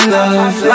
love